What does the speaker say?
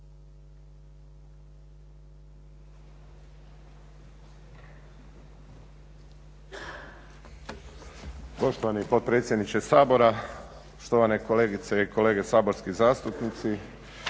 Poštovani potpredsjedniče Sabora, štovane kolegice i kolege saborski zastupnici,